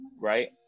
right